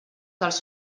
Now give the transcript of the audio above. dels